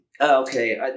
okay